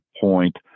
point